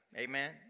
Amen